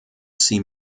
sie